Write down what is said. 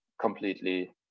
completely